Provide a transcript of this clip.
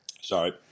Sorry